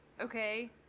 okay